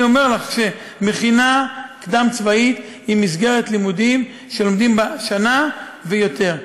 מכינה קדם-צבאית היא מסגרת לימודים שלומדים בה שנה ויותר.